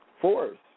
force